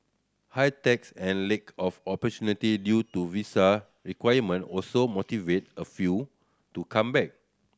high tax and lack of opportunity due to visa requirement also motivate a few to come back